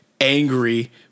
angry